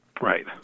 Right